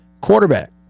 Quarterback